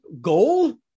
goal